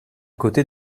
côté